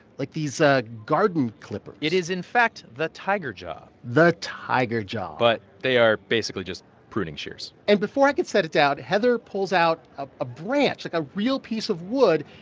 like, these ah garden clippers it is, in fact, the tiger jaw the tiger jaw but they are basically just pruning shears and before i could set it down, heather pulls out ah a branch like a real piece of wood.